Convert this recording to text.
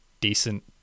decent